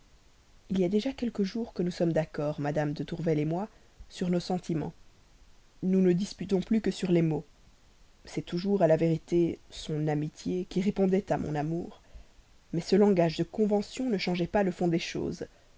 il y a déjà quelques jours que nous sommes d'accord mme de tourvel moi sur nos sentiments nous ne disputions plus que sur les mots c'était toujours à la vérité son amitié qui répondait à mon amour mais ce langage de convention ne changeait pas le fond des choses